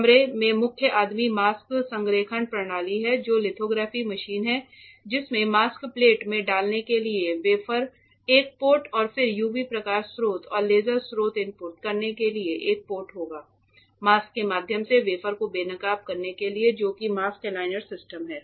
कमरे में मुख्य आदमी मास्क संरेखक प्रणाली है जो लिथोग्राफी मशीन है जिसमें मास्क प्लेट में डालने के लिए वेफर एक पोर्ट और फिर यूवी प्रकाश स्रोत और लेजर स्रोत इनपुट करने के लिए एक पोर्ट होगा मास्क के माध्यम से वेफर को बेनकाब करने के लिए जो कि मास्क एलाइनर सिस्टम है